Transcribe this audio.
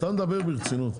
אתה מדבר ברצינות.